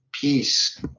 peace